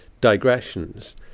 digressions